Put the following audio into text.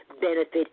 benefit